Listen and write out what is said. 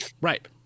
right